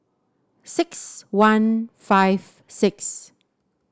six one five six